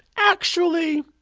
actually,